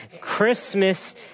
Christmas